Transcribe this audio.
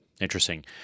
interesting